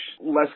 less